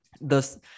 thus